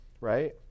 right